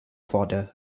fodder